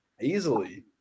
easily